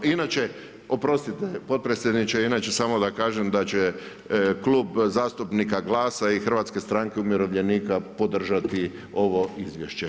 Inače oprostite potpredsjedniče, inače samo da kažem da će Klub zastupnika GLAS-a i Hrvatske stranke umirovljenika podržati ovo izvješće.